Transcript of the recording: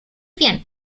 bien